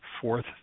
fourth